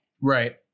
Right